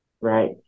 right